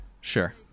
Sure